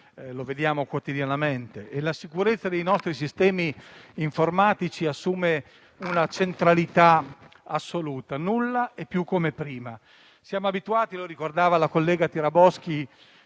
lo vediamo quotidianamente - e la sicurezza dei nostri sistemi informatici assume una centralità assoluta. Nulla è più come prima. Come ricordava la collega Tiraboschi,